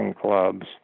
clubs